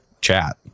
chat